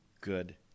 good